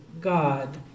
God